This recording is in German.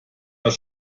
das